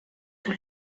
sul